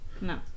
No